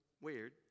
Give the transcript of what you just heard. weird